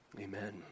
Amen